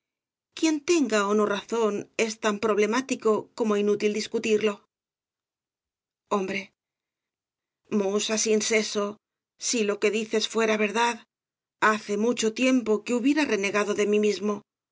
quién tenga ó no razón es tan problemático inútil discutirlo hombre m u s a s i n s e s o si l o q u e dices fuera verdad hace como mucho tiempo que hubiera renegado de mí mismo